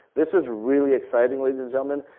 this is really exciting ladies and gentlemen.